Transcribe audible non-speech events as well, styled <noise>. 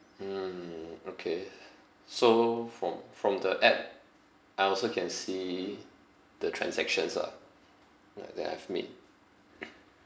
mm okay so from from the app I also can see the transactions lah like that I've made <noise>